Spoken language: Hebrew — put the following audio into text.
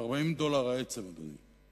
ב-40 דולר העצם, אדוני.